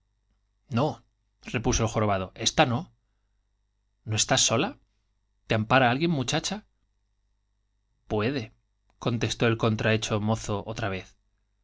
no repuso el jorobado ésta no n o estás sola te ampara alguien muchacha puede contestó el contrahecho mozo otra vez